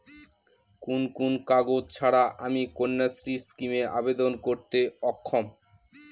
কোন কোন কাগজ ছাড়া আমি কন্যাশ্রী স্কিমে আবেদন করতে অক্ষম?